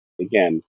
again